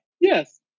Yes